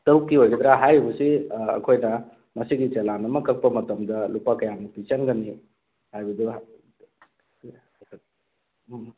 ꯇꯔꯨꯛꯀꯤ ꯑꯣꯏꯒꯗ꯭ꯔꯥ ꯍꯥꯏꯔꯤꯕꯁꯤ ꯑꯩꯈꯣꯏꯅ ꯃꯁꯤꯒꯤ ꯆꯂꯥꯟ ꯑꯃ ꯀꯛꯄ ꯃꯇꯝꯗ ꯂꯨꯄꯥ ꯀꯌꯥꯃꯨꯛꯇꯤ ꯆꯪꯒꯅꯤ ꯍꯥꯏꯕꯗꯣ